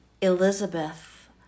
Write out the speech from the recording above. Elizabeth